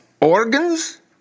organs